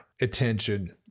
attention